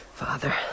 Father